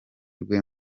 rwe